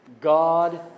God